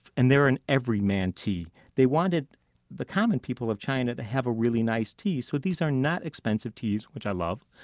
and they're an everyman tea. they wanted the common people of china to have a really nice tea so these are not expensive teas, which i love,